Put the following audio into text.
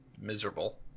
miserable